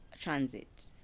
transit